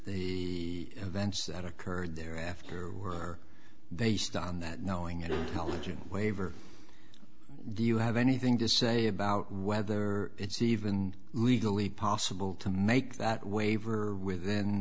the events that occurred there after were based on that knowing and television waiver do you have anything to say about whether it's even legally possible to make that waiver within